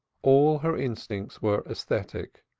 all her instincts were aesthetic.